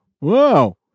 Wow